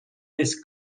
this